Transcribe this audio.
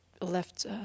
left